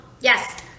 Yes